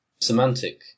semantic